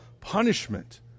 punishment